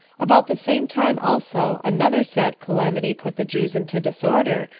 about the same time also another sad calamity put the jews into disorder,